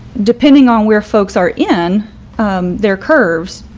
depending on where folks are in their curves,